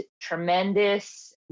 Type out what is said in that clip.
tremendous